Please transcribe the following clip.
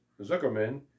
Zuckerman